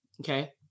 Okay